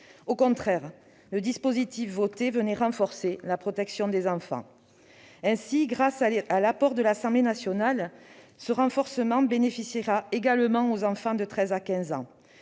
Au contraire, le dispositif voté venait renforcer la protection des enfants. Ainsi, grâce à l'apport de l'Assemblée nationale, ce renforcement bénéficiera également aux enfants de 13 ans à 15 ans.